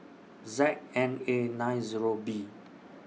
Z N A nine Zero B